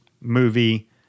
movie